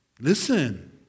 Listen